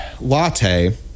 latte